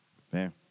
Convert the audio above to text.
Fair